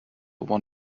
won